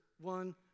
one